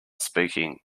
speaking